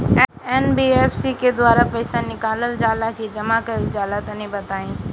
NBFC के द्वारा पईसा निकालल जला की जमा कइल जला तनि बताई?